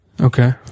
Okay